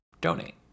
donate